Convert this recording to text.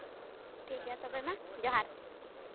ᱴᱷᱤᱠ ᱜᱮᱭᱟ ᱛᱚᱵᱮ ᱢᱟ ᱡᱚᱦᱟᱨ